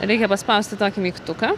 reikia paspausti tokį mygtuką